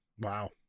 Wow